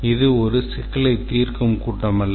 இது ஒரு சிக்கலைத் தீர்க்கும் கூட்டம் அல்ல